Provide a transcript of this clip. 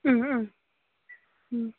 ꯎꯝ ꯎꯝ ꯎꯝ